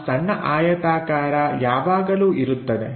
ಆ ಸಣ್ಣ ಆಯತಾಕಾರ ಯಾವಾಗಲೂ ಇರುತ್ತದೆ